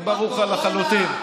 זה ברור לך לחלוטין.